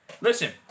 Listen